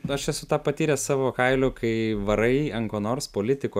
aš esu tą patyręs savo kailiu kai varai ant ko nors politiko